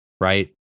right